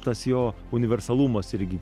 tas jo universalumas irgi